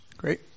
Great